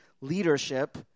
leadership